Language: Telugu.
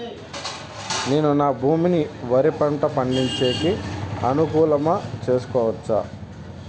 నేను నా భూమిని వరి పంట పండించేకి అనుకూలమా చేసుకోవచ్చా?